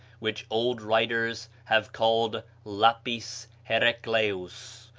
which old writers have called lapis heracleus.